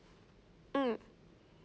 mm